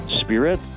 spirit